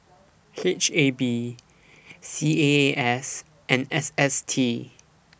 H A B C A A S and S S T